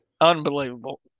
Unbelievable